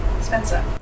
Spencer